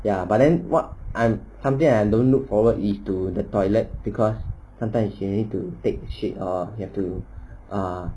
ya but then what am something I don't look forward is to the toilet because sometimes you need to take shit or you have to ah